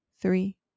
three